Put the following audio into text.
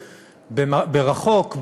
מרחוק,